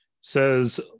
says